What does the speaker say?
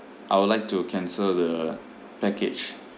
I would like to cancel the package